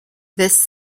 this